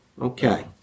Okay